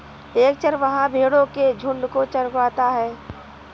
एक चरवाहा भेड़ो के झुंड को चरवाता है